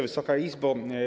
Wysoka Izbo!